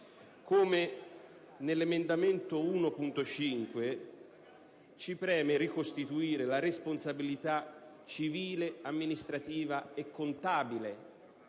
suddette. L'emendamento 1.5 è volto a ricostituire le responsabilità civile, amministrativa e contabile